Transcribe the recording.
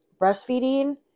breastfeeding